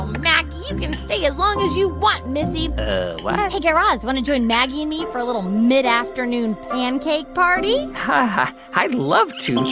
maggie, you can stay as long as you want, missy guy raz, want to join maggie and me for a little mid-afternoon pancake party? and i'd love to